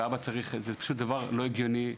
זה לא הגיוני,